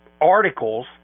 articles